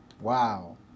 Wow